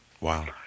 Wow